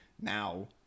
now